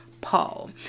Paul